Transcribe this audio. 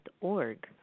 org